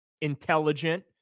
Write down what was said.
intelligent